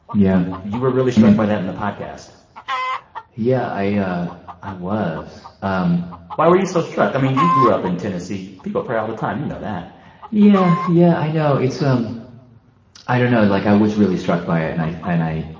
you were really struck by that in the podcast yeah. i ah i was um why were you so struck? i mean, you grew up in tennessee. people pray all the time. you know that yeah. yeah. i know. it's um i don't know. like, i was really struck by it, and i and i